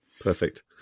Perfect